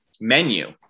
menu